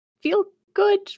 feel-good